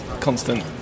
constant